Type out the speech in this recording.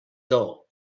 dull